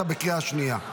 אתה בקריאה שנייה.